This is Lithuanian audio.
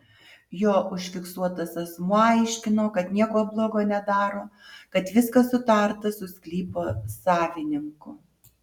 jo užfiksuotas asmuo aiškino kad nieko blogo nedaro kad viskas sutarta su sklypo savininku